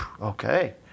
Okay